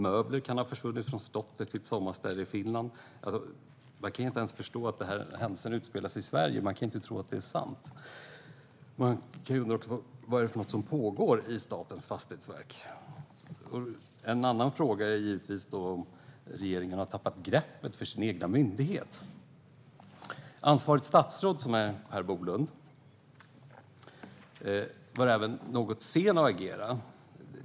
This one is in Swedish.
Möbler kan ha försvunnit från slottet till ett sommarställe i Finland. Man kan inte ens förstå att händelserna utspelar sig i Sverige. Man kan inte tro att det är sant. Vad är det för någonting som pågår i Statens fastighetsverk? En annan fråga är givetvis om regeringen har tappat greppet om sin egen myndighet. Ansvarigt statsråd, som är Per Bolund, var även något sen att agera.